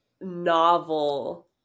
novel